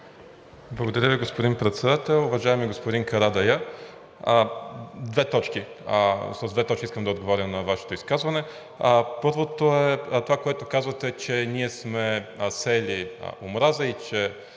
Благодаря Ви, господин Председател. Уважаеми господин Карадайъ, с две точки искам да отговоря на Вашето изказване. Първо, това, което казвате, че ние сме сеели омраза, че